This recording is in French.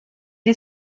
est